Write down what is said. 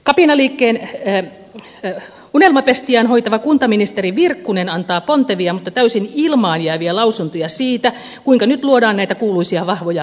minä liikkeelle lähtö oli oma unelmapestiään hoitava kuntaministeri virkkunen antaa pontevia mutta täysin ilmaan jääviä lausuntoja siitä kuinka nyt luodaan näitä kuuluisia vahvoja peruskuntia suomeen